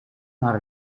naar